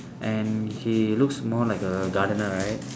and he looks more like a gardener right